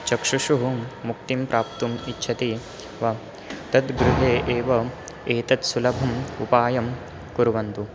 चक्षुषु मुक्तिं प्राप्तुम् इच्छति वा तत् गृहे एव एतत् सुलभम् उपायं कुर्वन्तु